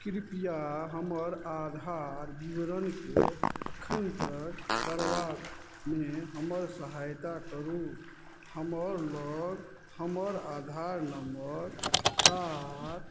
कृपया हमर आधार विवरणके एखन तक करबामे हमर सहायता करू हमर लग हमर आधार नम्बर सात